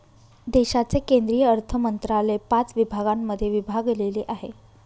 देशाचे केंद्रीय अर्थमंत्रालय पाच विभागांमध्ये विभागलेले आहे